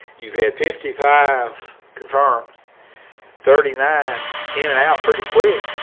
you've had fifty five confirmed thirty nine in and out pretty quick.